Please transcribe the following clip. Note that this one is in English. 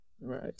Right